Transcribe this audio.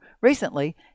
recently